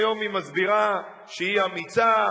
היום היא מסבירה שהיא אמיצה,